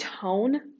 tone